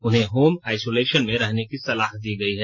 उन्हें home isolation में रहने की सलाह दी गई है